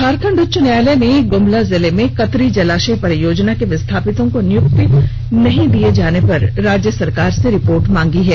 झारखंड उच्च न्यायालय ने ग्मला जिले में कतरी जलाशय परियोजना के विस्थापितों को नियुक्त नहीं किए जाने पर राज्य सरकार से रिपोर्ट मांगी है